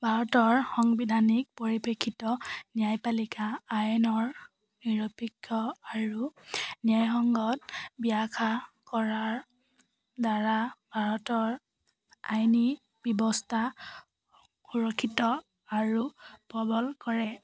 ভাৰতৰ সংবিধানিক পৰিপেক্ষিত ন্যায়পালিকা আইনৰ নিৰপেক্ষ আৰু ন্যায় সংগত ব্যাখ্যা কৰাৰ দ্বাৰা ভাৰতৰ আইনী ব্যৱস্থা সুৰক্ষিত আৰু প্ৰবল কৰে